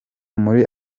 muri